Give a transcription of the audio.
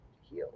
heal